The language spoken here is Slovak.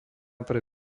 pre